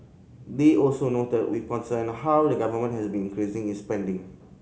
they also noted with concern how the Government has been increasing its spending